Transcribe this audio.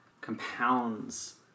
compounds